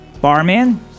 Barman